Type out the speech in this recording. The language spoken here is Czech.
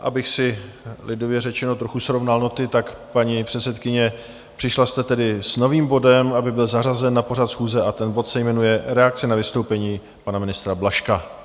Abych si, lidově řečeno, trochu srovnal noty, paní předsedkyně, tak jste přišla tedy s novým bodem, aby byl zařazen na pořad schůze, a ten bod se jmenuje Reakce na vystoupení pana ministra Blažka.